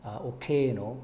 ah okay you know